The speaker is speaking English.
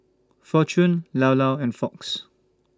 Fortune Llao Llao and Fox